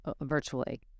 virtually